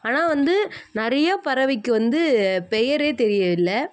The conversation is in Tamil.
ஆனால் வந்து நிறைய பறவைக்கு வந்து பெயரே தெரியலை